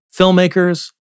filmmakers